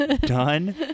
done